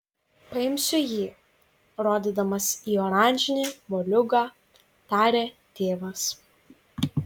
paimsiu jį rodydamas į oranžinį moliūgą tarė tėvas